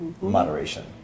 Moderation